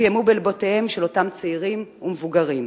שפיעמו בלבותיהם של אותם צעירים ומבוגרים,